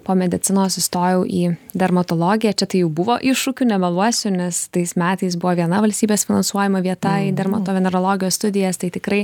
po medicinos įstojau į dermatologiją čia tai jau buvo iššūkių nemeluosiu nes tais metais buvo viena valstybės finansuojama vieta į dermatovenerologijos studijas tai tikrai